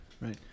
Right